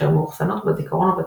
אשר מאוחסנות בזיכרון ובדיסק.